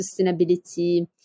sustainability